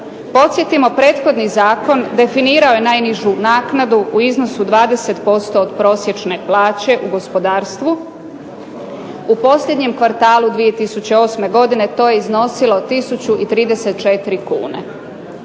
Podsjetimo prethodni zakon definirao je najnižu naknadu u iznosu 20% od prosječne plaće u gospodarstvu, u posljednjem kvartalu 2008. godine to je iznosilo tisuću